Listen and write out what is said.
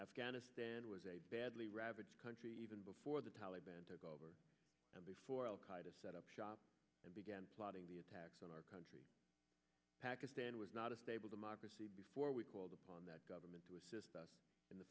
afghanistan was a badly ravaged country even before the taliban took over and before al qaida set up shop and began plotting the attacks on our country pakistan was not a stable democracy before we called upon that government to assist in the